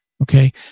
Okay